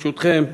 ברשותכם,